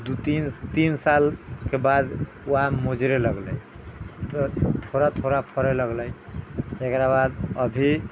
दू तीन तीन साल के बाद ओ आम मजरे लगलै थोड़ा थोड़ा फरे लगलै एकरा बाद अभी